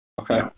Okay